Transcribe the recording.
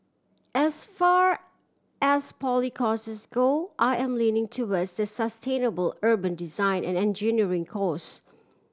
as far as poly courses go I am leaning towards the sustainable urban design and engineering course